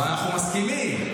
אנחנו מסכימים,